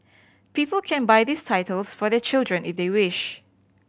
people can buy these titles for their children if they wish